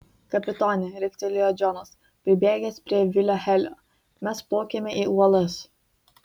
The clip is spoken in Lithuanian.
kapitone riktelėjo džonas pribėgęs prie vilio helio mes plaukiame į uolas